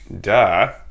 Duh